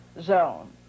zone